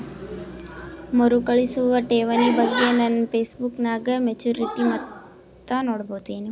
ಮರುಕಳಿಸುವ ಠೇವಣಿ ಬಗ್ಗೆ ನನ್ನ ಪಾಸ್ಬುಕ್ ನಾಗ ಮೆಚ್ಯೂರಿಟಿ ಮೊತ್ತ ನೋಡಬಹುದೆನು?